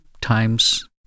times